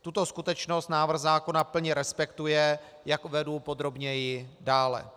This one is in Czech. Tuto skutečnost návrh zákona plně respektuje, jak uvedu podrobněji dále.